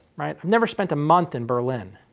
right? i've never spent a month in berlin.